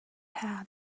had